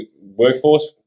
workforce